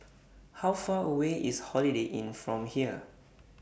How Far away IS Holiday Inn from here